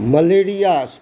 malaria